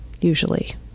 usually